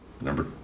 Number